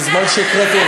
בזמן שהקראתי,